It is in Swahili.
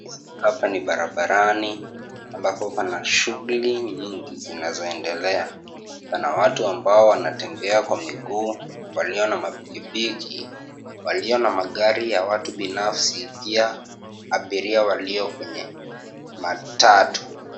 Hapa ni barabarani ambapo kuna shughuli nyingi zinazo endelea kuna watu ambao wanatembea kwa miguu, walio na pikipiki , walio na magari ya watu binafsi pia abiria walio kwenye matatu .